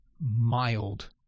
mild